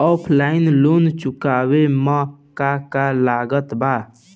Offline loan चुकावे म का का लागत बा?